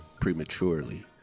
prematurely